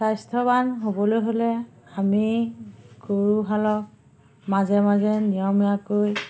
স্বাস্থ্যৱান হ'বলৈ হ'লে আমি গৰুহালক মাজে মাজে নিয়মীয়াকৈ